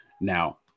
Now